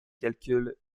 calculs